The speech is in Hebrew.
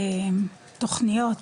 תוכניות,